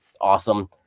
awesome